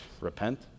Repent